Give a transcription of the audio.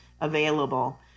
available